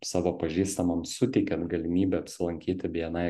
savo pažįstamam suteikiant galimybę apsilankyti bni